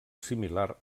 similar